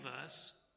verse